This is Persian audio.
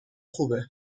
خوبه